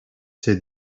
said